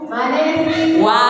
Wow